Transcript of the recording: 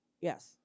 Yes